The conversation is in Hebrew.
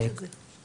יש את זה.